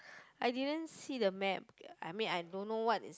I didn't see the map I mean I don't know what is